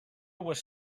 was